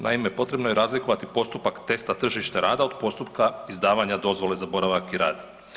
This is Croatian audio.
Naime, potrebno je razlikovati postupak testa tržišta rada od postupka izdavanja dozvole za boravak i rad.